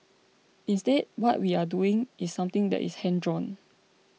instead what we are doing is something that is hand drawn